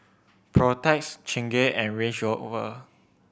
Protex Chingay and Range Rover